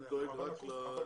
אני דואג לעולים.